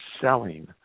selling